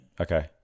Okay